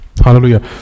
Hallelujah